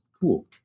Cool